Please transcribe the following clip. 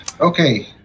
Okay